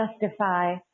justify